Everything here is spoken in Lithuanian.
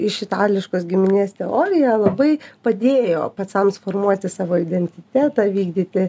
iš itališkos giminės teorija labai padėjo pacams formuoti savo identitetą vykdyti